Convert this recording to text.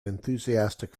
enthusiastic